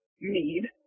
need